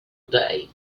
day